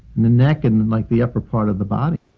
the neck, and and like the upper part of the body.